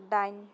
दाइन